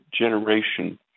generation